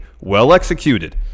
well-executed